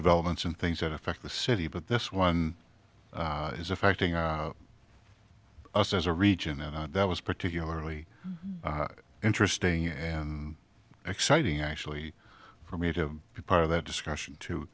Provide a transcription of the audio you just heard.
developments and things that affect the city but this one is affecting us as a region and that was particularly interesting and exciting actually for me to be part of that discussion to